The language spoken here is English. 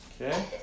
Okay